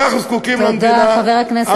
אנחנו זקוקים למדינה, תודה, חבר הכנסת ברושי.